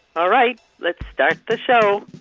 all right. let's start the show